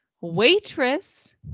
Waitress